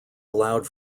allowed